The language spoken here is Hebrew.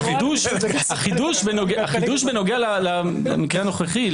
החידוש בנוגע למקרה הנוכחי,